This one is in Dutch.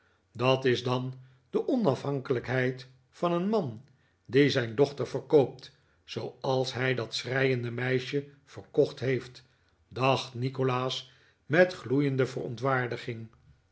dat is dan de onafhankelijkheid van een man die zijn dochter verkoopt zooals hij dat schreiende meisje verkocht heeft dacht nikolaas met gloeiende verontwaardiging